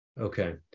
Okay